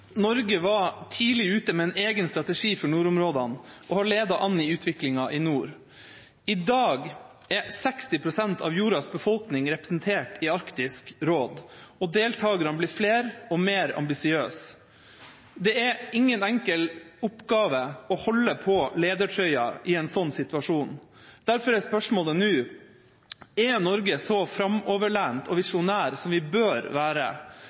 Norge var tidlig ute med en egen strategi for nordområdene og har ledet an i utviklinga i nord. I dag er 60 pst. av jordas befolkning representert i Arktisk råd, og deltakerne blir flere og mer ambisiøse. Det er ingen enkel oppgave å holde på ledertrøya i en sånn situasjon. Derfor er spørsmålet nå: Er Norge så framoverlent og visjonær som vi bør være?